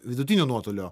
vidutinio nuotolio